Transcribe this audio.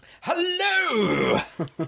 Hello